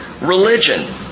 religion